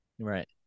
right